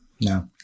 no